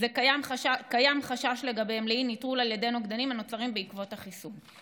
קיים חשש לגביהם לאי-נטרול על ידי נוגדנים הנוצרים בעקבות החיסון".